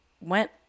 went